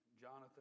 Jonathan